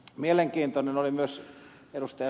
mielenkiintoinen oli myös ed